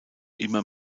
immer